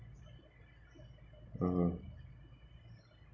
(uh huh)